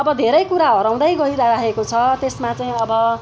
अब धेरै कुरा हराउँदै गइरहेको छ त्यसमा चाहिँ अब